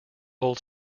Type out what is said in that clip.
old